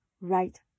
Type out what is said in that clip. right